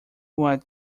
what